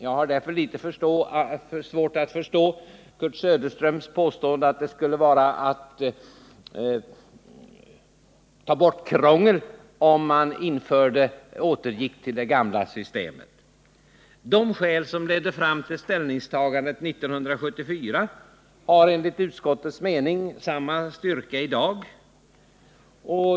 Jag har därför litet svårt att förstå Kurt Söderströms påstående att det skulle innebära att man tar bort krångel, om man återgår till det gamla systemet. De skäl som ledde fram till ställningstagandet 1974 har enligt utskottets mening samma styrka i dag.